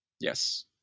Yes